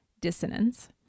dissonance